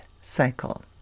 cycle